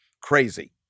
crazy